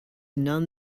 none